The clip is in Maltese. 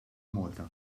malta